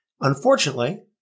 Unfortunately